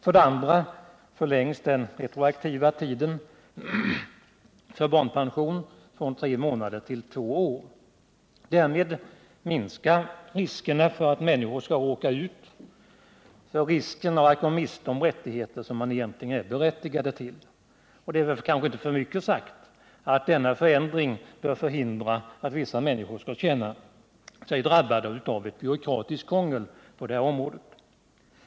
För det andra förlängs den retroaktiva tiden tör barnpension från tre månader till två år. Därmed minskar riskerna för att människor skall råka ut för risken att gå miste om rättigheter som de egentligen är berättigade till. Det är kanske inte för mycket sagt att denna förändring bör förhindra att vissa människor skall känna sig drabbade av ett byråkratiskt krångel på detta område.